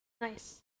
Nice